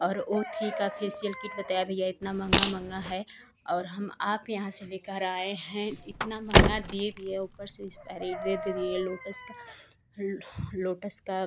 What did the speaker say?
और ओथ्री का facial kit बताया भैया इतनी महँगा महँगा है और हम आप यहाँ से लेकर आए हैं इतना महँगा दिए भी हैं ऊपर से एक्सपाइरी डेट दिए हैं लोटस का लोटस का